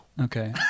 okay